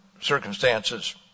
circumstances